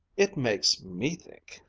it makes me think,